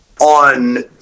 on